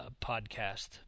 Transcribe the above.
Podcast